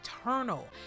eternal